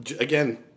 Again